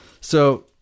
So-